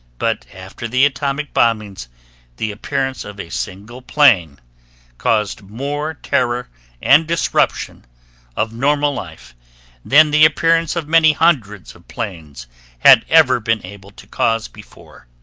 but after the atomic bombings the appearance of a single plane caused more terror and disruption of normal life than the appearance of many hundreds of planes had ever been able to cause before.